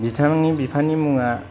बिथांनि बिफानि मुङा